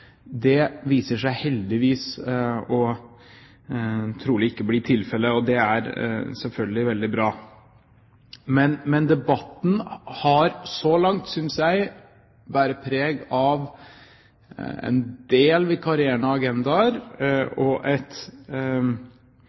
Det viser seg heldigvis trolig ikke å bli tilfellet, og det er selvfølgelig veldig bra. Men debatten har så langt, synes jeg, båret preg av en del vikarierende agendaer og